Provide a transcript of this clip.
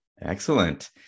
Excellent